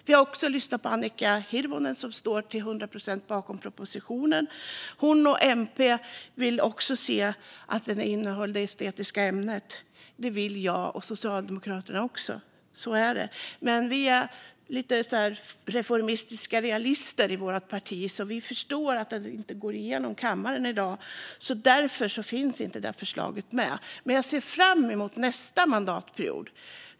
Vi har också lyssnat på Annika Hirvonen, som står bakom propositionen till hundra procent. Hon och MP vill även se att den innehåller det estetiska ämnet. Det vill jag och Socialdemokraterna också, men jag och mitt parti är reformistiska realister och förstår att detta inte går igenom kammaren i dag. Därför finns inte det förslaget med. Jag ser dock fram emot nästa mandatperiod.